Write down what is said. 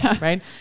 right